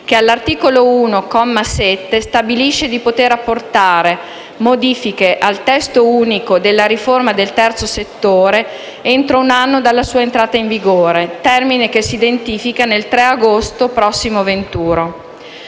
che, all'articolo 1, comma 7, stabilisce di poter apportare modifiche al testo unico della riforma del terzo settore entro un anno dalla sua entrata in vigore, termine che si identifica nel 3 agosto prossimo